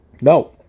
No